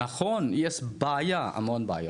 נכון יש בעיה, המון בעיות.